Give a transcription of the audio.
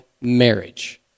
marriage